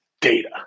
data